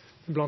er